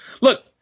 look